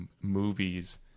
movies